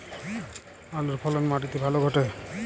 আলুর ফলন মাটি তে ভালো ঘটে?